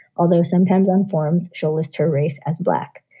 although sometimes on forums she'll list her race as black.